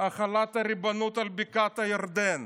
החלת הריבונות על בקעת הירדן?